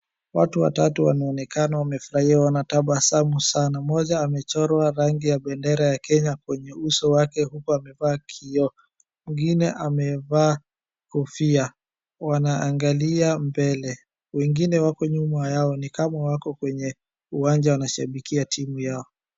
Watu watatu wanaonekana wamefurahia. Wanatabasamu sana. Mmoja amechorwa rangi ya bendera ya Kenya kwenye uso wake huku amevaaa kioo. Mwingine amevaa kofia. Wanaangalia mbele. Wengine wako nyuma yao, ni kama wako kwenye uwanja wanashabikia timu yao.